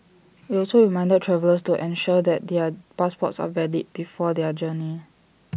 IT also reminded travellers to ensure that their passports are valid before their journey